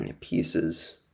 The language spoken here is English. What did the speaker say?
pieces